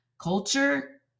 Culture